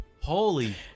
holy